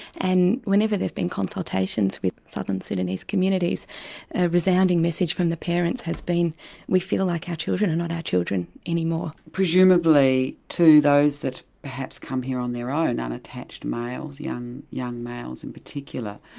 and whenever there's been consultations with southern sudanese communities a resounding message from the parents has been we feel like our children are not our children any more. presumably, too, those that perhaps come here on their own, unattached, young young males in particular,